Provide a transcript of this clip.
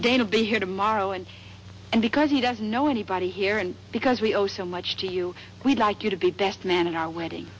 dana be here tomorrow and and because he doesn't know anybody here and because we owe so much to you we'd like you to be best man in our wedding